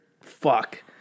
fuck